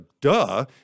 duh